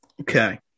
Okay